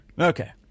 Okay